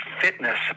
fitness